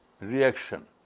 reaction